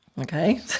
Okay